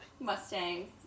Mustangs